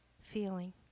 feeling